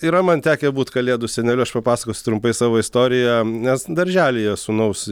yra man tekę būt kalėdų seneliu aš papasakosiu trumpai savo istoriją nes darželyje sūnaus